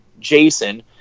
Jason